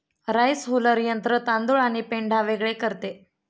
rice huller यंत्र तांदूळ आणि पेंढा वेगळे करते